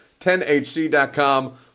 10HC.com